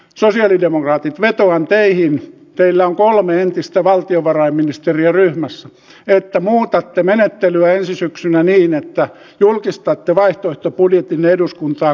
sosialidemokraatit vetoan teihin teillä on kolme entistä valtiovarainministeriä ryhmässänne että muutatte menettelyä ensi syksynä niin että julkistatte vaihtoehtobudjettinne eduskuntaa kunnioittavassa aikataulussa